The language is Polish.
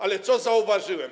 Ale co zauważyłem?